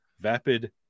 vapid